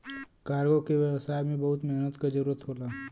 cargo के व्यवसाय में बहुत मेहनत क जरुरत होला